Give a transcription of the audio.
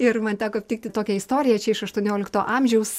ir man teko aptikti tokią istoriją čia iš aštuoniolikto amžiaus